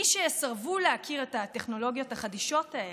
מי שיסרבו להכיר את הטכנולוגיות החדשות האלה,